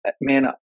man